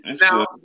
now